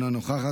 אינה נוכחת,